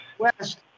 West